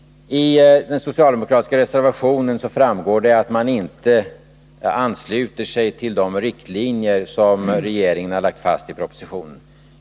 Av den socialdemokratiska reservationen framgår det att man inte ansluter sig till de riktlinjer som regeringen har lagt fast i propositionen.